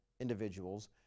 individuals